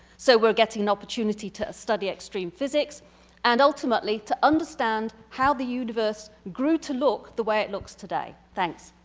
so we're getting an opportunity to study extreme physics and ultimately to understand. how the universe grew to look the way it looks today. thanks.